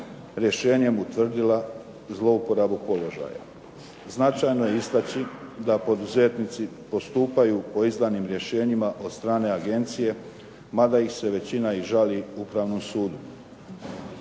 rješenjem utvrdila zlouporabu položaja. Značajno je istaći da poduzetnici postupaju po izdanim rješenjima od strane agencije mada ih se većina i žali upravnom sudu.